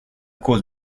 cause